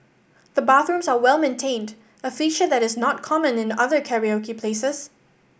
the bathrooms are well maintained a feature that is not common in other karaoke places